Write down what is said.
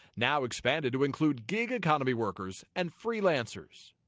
now expanded to include gig economy workers and freelancers.